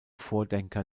vordenker